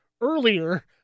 earlier